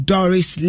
Doris